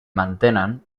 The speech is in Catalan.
mantenen